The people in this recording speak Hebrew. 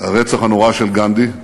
הרצח הנורא של גנדי,